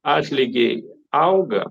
atlygiai auga